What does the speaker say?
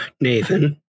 Nathan